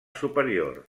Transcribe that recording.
superior